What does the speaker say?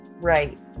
Right